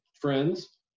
Friends